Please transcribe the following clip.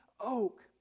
oak